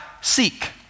seek